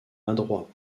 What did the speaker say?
adroit